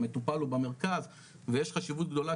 המטופל הוא במרכז ויש חשיבות גדולה,